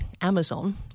Amazon